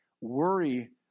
worry